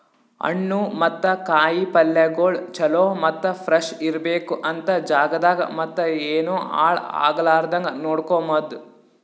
ಹಣ್ಣು ಮತ್ತ ಕಾಯಿ ಪಲ್ಯಗೊಳ್ ಚಲೋ ಮತ್ತ ಫ್ರೆಶ್ ಇರ್ಬೇಕು ಅಂತ್ ಜಾಗದಾಗ್ ಮತ್ತ ಏನು ಹಾಳ್ ಆಗಲಾರದಂಗ ನೋಡ್ಕೋಮದ್